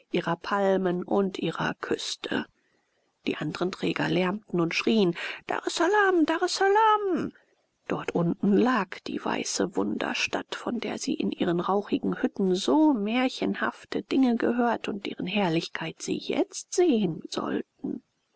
ihrer palmen und ihrer küste die andren träger lärmten und schrien daressalam daressalam dort unten lag die weiße wunderstadt von der sie in ihren rauchigen hütten so märchenhafte dinge gehört und deren herrlichkeiten sie jetzt sehen sollten